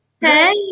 Hey